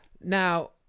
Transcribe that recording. Now